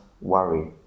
worry